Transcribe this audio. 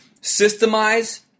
systemize